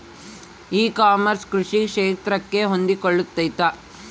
E commerce ಕೃಷಿ ಕ್ಷೇತ್ರಕ್ಕೆ ಹೊಂದಿಕೊಳ್ತೈತಾ?